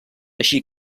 així